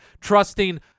trusting